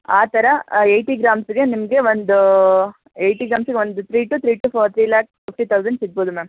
ಆ ಥರ ಏಯ್ಟಿ ಗ್ರಾಮ್ಸ್ಗೆ ನಿಮಗೆ ಒಂದು ಏಯ್ಟಿ ಗ್ರಾಮ್ಸ್ಗೆ ಒಂದು three two three two four three lakh fifty thousand ಸಿಗ್ಬೋದು ಮ್ಯಾಮ್